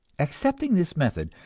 accepting this method,